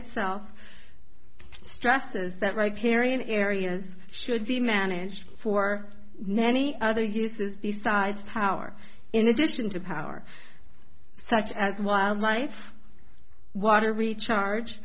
itself stresses that right period areas should be managed for many other uses besides power in addition to power such as wildlife water recharge